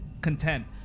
content